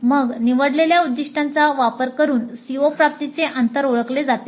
मग निवडलेल्या उद्दिष्टाचा वापर करून CO प्राप्तीचे अंतर ओळखले जाते